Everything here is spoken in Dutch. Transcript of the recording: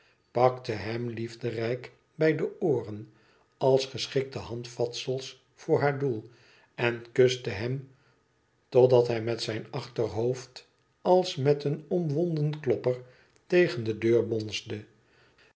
pakte hem liefderijk bij de ooren als geschikte handvatsels voor haar doel en kuste hem totdat hij met zijn achterhoofd als met een omwonden klopper tegen de deur bonsde